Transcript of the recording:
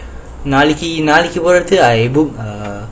நாளைக்கி நாளைக்கி பொறதுக்கு:nalaiki nalaiki porathukku I book uh